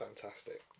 fantastic